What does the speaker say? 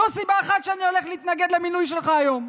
זו סיבה אחת שבגללה אני הולך להתנגד למינוי שלך היום,